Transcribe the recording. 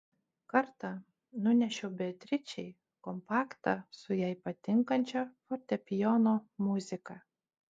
kartą nunešiau beatričei kompaktą su jai patinkančia fortepijono muzika